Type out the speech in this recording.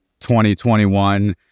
2021